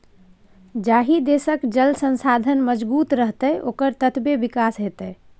जाहि देशक जल संसाधन मजगूत रहतै ओकर ततबे विकास हेतै